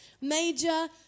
major